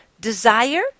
Desire